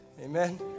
Amen